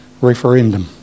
referendum